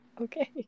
okay